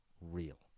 real